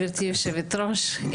גברתי יושבת ראש,